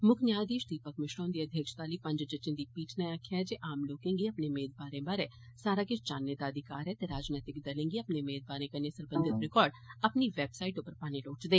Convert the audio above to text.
मुक्ख न्यायाधीश दीपक मिश्रा हुन्दी अध्यक्षता आह्ली पंज जजें दी पीठे नै आक्खेआ ऐ जे आम लोकें गी अपने मेदवारें बारै सारा किश जानने दा अधिकार ऐ ते राजनेतिक दलें गी अपने मेदवारें कन्नै सरबंधत रिकार्ड अपनी वैबसाईट उप्पर पाने लोड़चदे